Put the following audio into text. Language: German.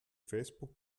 facebook